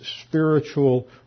spiritual